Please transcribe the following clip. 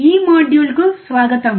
ఈ మాడ్యూల్కు స్వాగతం